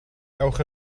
ewch